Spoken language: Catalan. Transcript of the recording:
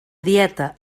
dieta